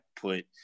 put